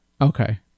Okay